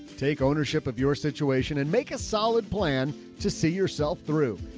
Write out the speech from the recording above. take ownership of your situation and make a solid plan to see yourself through.